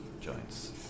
joints